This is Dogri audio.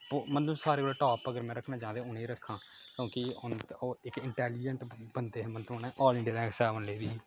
मतलब सारे कोला टाप अगर में रक्खना चांह् ते उ'नेंगी रक्खां क्योंकि ओह् इक इटैलीजेंट बंदे हे मतलब उ'नें आल इंडिया रैंक सेवन लेई दी ही